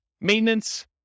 Maintenance